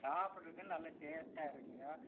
சாப்பிடறக்கும் நல்ல டேஸ்டாக இருக்குங்கள்